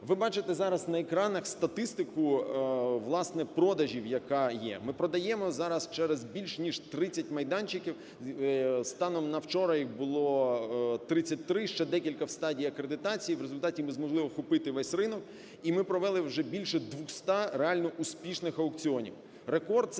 Ви бачите зараз на екранах статистику, власне, продажів, яка є. Ми продаємо зараз через більш ніж 30 майданчиків, станом на вчора їх було 33, ще декілька в стадії акредитації. В результаті ми змогли охопити весь ринок і ми провели вже більше 200 реально успішних аукціонів.